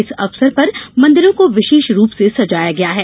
इस अवसर पर मंदिरों को विशेष रूप से सजाया गया है